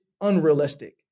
unrealistic